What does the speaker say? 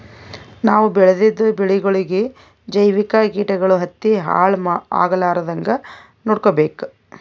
ನಾವ್ ಬೆಳೆದಿದ್ದ ಬೆಳಿಗೊಳಿಗಿ ಜೈವಿಕ್ ಕೀಟಗಳು ಹತ್ತಿ ಹಾಳ್ ಆಗಲಾರದಂಗ್ ನೊಡ್ಕೊಬೇಕ್